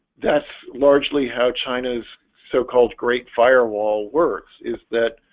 that's largely how china's so-called great firewall works is that?